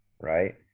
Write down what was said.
Right